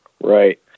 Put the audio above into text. Right